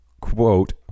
quote